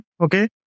okay